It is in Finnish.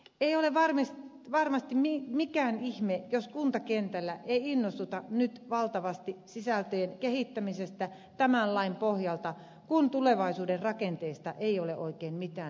ei ole varmasti mikään ihme jos kuntakentällä ei innostuta nyt valtavasti sisältöjen kehittämisestä tämän lain pohjalta kun tulevaisuuden rakenteista ei ole oikein mitään tietoa